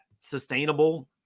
sustainable